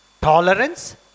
tolerance